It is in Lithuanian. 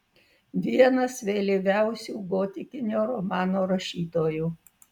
vienas vėlyviausių gotikinio romano rašytojų